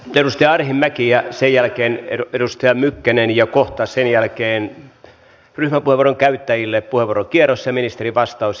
edustaja arhinmäki ja sen jälkeen edustaja mykkänen ja kohta sen jälkeen ryhmäpuheenvuoron käyttäjille puheenvuorokierros ja ministerin vastaus